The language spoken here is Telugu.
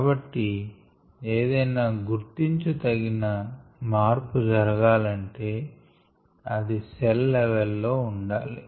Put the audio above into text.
కాబట్టి ఏదైనా గుర్తించదగిన మార్పు జరగాలంటే అది సెల్ లెవల్ లో ఉండాలి